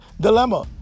dilemma